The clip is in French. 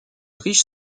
riche